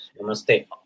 Namaste